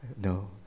No